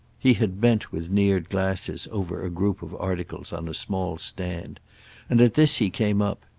he had bent, with neared glasses, over a group of articles on a small stand and at this he came up.